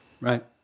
Right